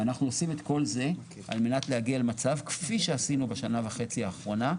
ואנחנו עושים את כל זה על מנת להגיע למצב כפי שעשינו בשנה וחצי האחרונה,